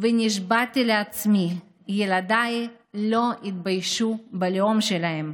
ונשבעתי לעצמי: ילדיי לא יתביישו בלאום שלהם.